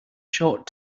short